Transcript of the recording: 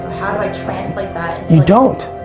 how do i translate that you don't.